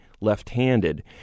Left-Handed